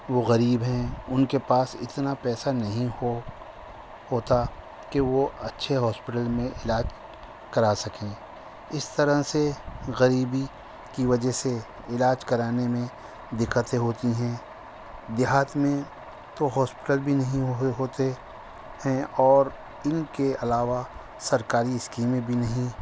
وہ غریب ہیں ان کے پاس اتنا پیسہ نہیں ہو ہوتا کہ وہ اچھے ہاسپٹل میں علاج کرا سکیں اس طرح سے غریبی کی وجہ سے علاج کرانے میں دقتیں ہوتی ہیں دیہات میں تو ہاسپٹل بھی نہیں ہوتے ہیں اور ان کے علاوہ سرکاری اسکیمیں بھی نہیں